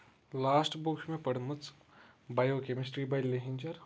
last book چھِ مےٚ پٔرمٕژ بیو کیمسٹری بے لیہنچر